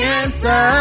answer